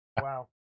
Wow